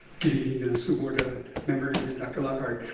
good evening school board um members and dr. lockard.